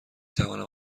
توانم